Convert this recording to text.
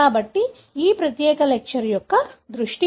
కాబట్టి ఈ ప్రత్యేక లెక్చర్ యొక్క దృష్టి